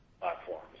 platforms